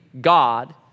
God